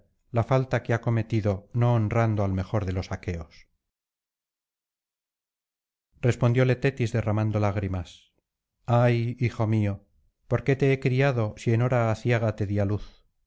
la falta que ha cometido no honrando al mejor de los aqueos respondióle tetis derramando lágrimas ay hijo mío por qué te he criado si en hora aciaga te di á luz